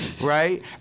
Right